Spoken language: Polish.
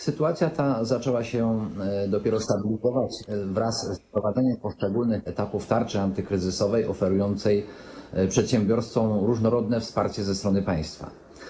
Sytuacja ta zaczęła się dopiero stabilizować wraz z wprowadzeniem poszczególnych etapów tarczy antykryzysowej oferującej przedsiębiorcom różnorodne wsparcie ze strony państwa.